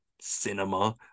cinema